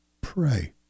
pray